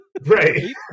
Right